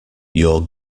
you’re